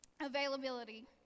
availability